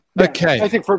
Okay